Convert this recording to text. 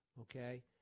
okay